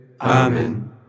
Amen